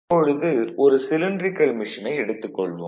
இப்பொழுது ஒரு சிலின்ட்ரிக்கல் மெஷினை எடுத்துக் கொள்வோம்